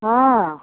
हँ